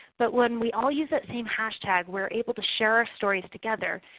but when we all use that same hashtag we are able to share our stories together.